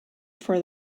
for